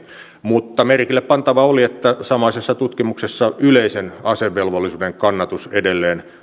mutta merkille pantavaa oli että samaisessa tutkimuksessa yleisen asevelvollisuuden kannatus edelleen